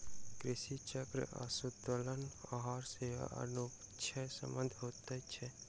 कृषि चक्र आसंतुलित आहार मे अन्योनाश्रय संबंध होइत छै